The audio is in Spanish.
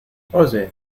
oye